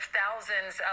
thousands